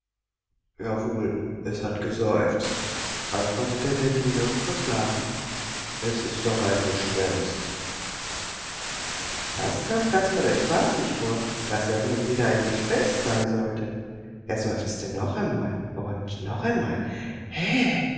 jawohl es hat geseufzt antwortete der diener verschlafen es ist doch ein gespenst das kam kasperle spaßig vor daß er nun wieder ein gespenst sein sollte er seufzte noch einmal und noch einmal